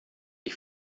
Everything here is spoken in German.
ich